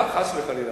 חס וחלילה.